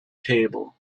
table